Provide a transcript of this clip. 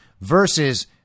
versus